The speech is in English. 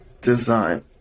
Design